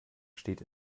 steht